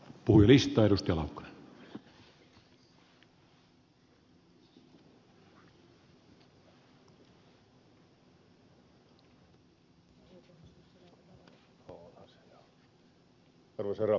arvoisa herra puhemies